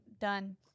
done